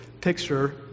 picture